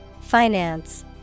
Finance